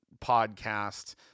podcast